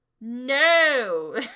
No